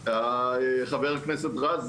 חבר הכנסת רז,